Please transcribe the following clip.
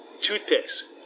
toothpicks